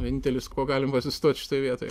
vienintelis kuo galim asistuot šitoj vietoj